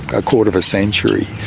a quarter of a century,